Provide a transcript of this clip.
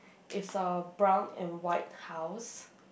is a brown and white house